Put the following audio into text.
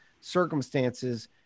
circumstances